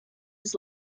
his